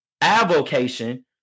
avocation